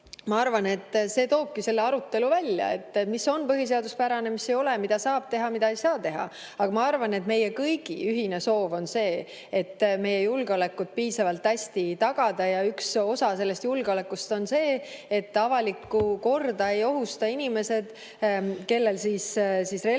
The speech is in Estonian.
ma arvan, toobki selle arutelu välja, mis on põhiseaduspärane ja mis ei ole, mida saab teha ja mida ei saa teha. Ma arvan, et meie kõigi ühine soov on meie julgeolekut piisavalt hästi tagada. Ja üks osa sellest julgeolekust on see, et avalikku korda ei ohustaks inimesed, kellel on relvaluba